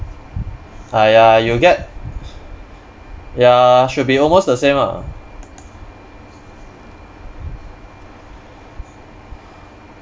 !aiya! you get ya should be almost the same ah